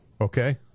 Okay